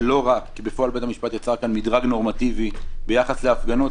כי בפועל בית המשפט יצר כאן מדרג נורמטיבי ביחס להפגנות,